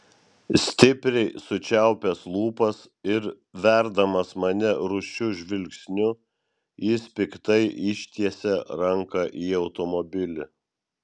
stipriai sučiaupęs lūpas ir verdamas mane rūsčiu žvilgsniu jis piktai ištiesia ranką į automobilį